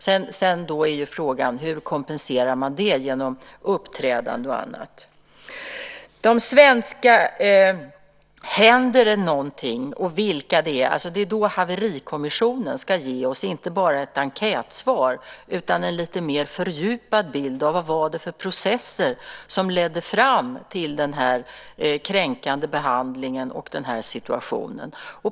Sedan är frågan hur man kompenserar det genom uppträdande och annat. Händer det något med de svenska ska haverikommissionen ge oss - inte bara ett enkätsvar utan en lite mer fördjupad bild av vad det var för processer som ledde fram till den kränkande behandlingen och till den här situationen.